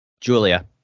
Julia